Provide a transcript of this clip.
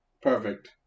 Perfect